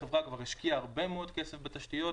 החברה כבר השקיעה הרבה מאוד כסף בתשתיות,